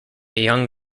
young